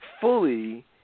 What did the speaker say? fully